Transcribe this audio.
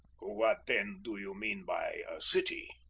what, then, do you mean by a city?